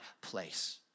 place